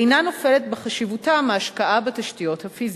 אינה נופלת בחשיבותה מהשקעה בתשתיות הפיזיות.